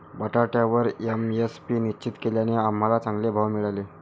बटाट्यावर एम.एस.पी निश्चित केल्याने आम्हाला चांगले भाव मिळाले